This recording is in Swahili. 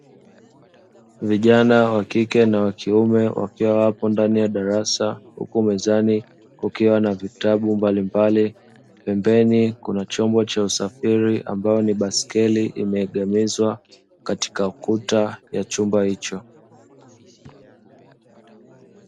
Vijana wakike na wakiume wakiwa wapo ndani ya darasa huku mezani kukiwa na vitabu mbalimbali, pembeni kunachombo cha usafiri ambayo ni baiskeli imeegemezwa katika Kuta ya chumba hicho.